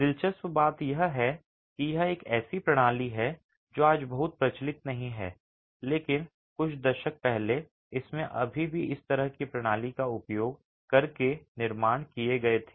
दिलचस्प बात यह है कि यह एक ऐसी प्रणाली है जो आज बहुत प्रचलित नहीं है लेकिन कुछ दशक पहले इसमें अभी भी इस तरह की प्रणाली का उपयोग करके निर्माण किए गए थे